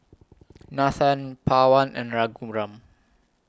Nathan Pawan and Raghuram